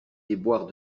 déboires